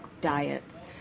diets